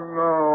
no